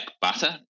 Butter